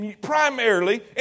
primarily